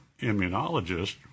immunologist